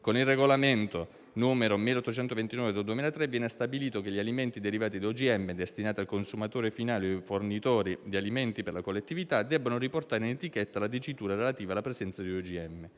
Con il regolamento (CE) n. 1829/2003 viene stabilito che gli alimenti derivati da OGM, destinati al consumatore finale o ai fornitori di alimenti per la collettività, debbano riportare in etichetta la dicitura relativa alla presenza di OGM.